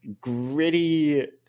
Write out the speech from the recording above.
gritty